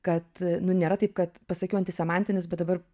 kad nu nėra taip kad pasakiau antisemantinis bet dabar